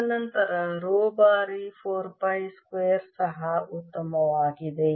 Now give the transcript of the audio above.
ತದನಂತರ ರೋ ಬಾರಿ 4 pi R square ಸಹ ಉತ್ತಮವಾಗಿದೆ